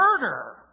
murder